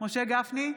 משה גפני,